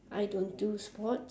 I don't do sports